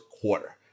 quarter